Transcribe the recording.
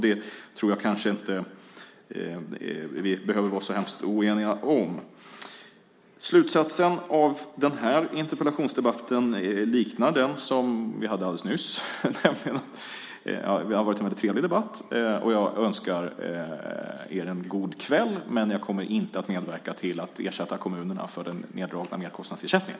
Det kanske vi inte behöver vara så hemskt oeniga om. Slutsatsen i den här interpellationsdebatten liknar den i debatten vi hade alldeles nyss. Det har varit en mycket trevlig debatt. Jag önskar er en god kväll. Men jag kommer inte att medverka till att ersätta kommunerna för den neddragna merkostnadsersättningen.